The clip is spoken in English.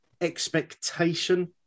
expectation